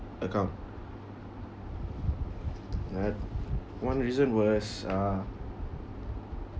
account uh one reason was uh